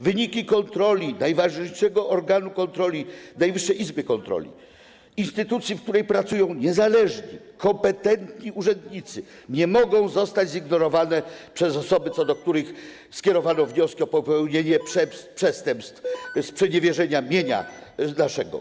Wyniki kontroli najważniejszego organu kontroli - Najwyższej Izby Kontroli, instytucji, w której pracują niezależni, kompetentni urzędnicy - nie mogą zostać zignorowane przez osoby, co od których skierowano wnioski o popełnienie przestępstw sprzeniewierzenia mienia naszego.